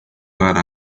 para